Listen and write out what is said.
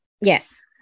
Yes